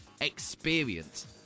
experience